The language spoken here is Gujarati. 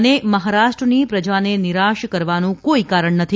અને મહારાષ્ટ્રની પ્રજાને નિરાશ કરવાનું કોઇ કારણ નથી